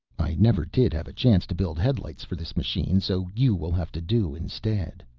i never did have a chance to build headlights for this machine so you will have to do instead.